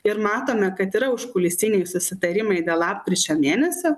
ir matome kad yra užkulisiniai susitarimai dėl lapkričio mėnesio